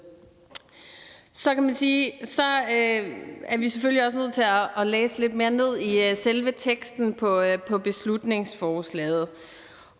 Så er vi selvfølgelig også nødt til at læse lidt mere ned i selve teksten i beslutningsforslaget,